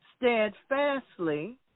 steadfastly